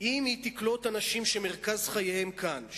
אם היא תקלוט אנשים שמרכז חייהם כאן,